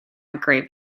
grave